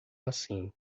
assim